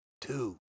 Two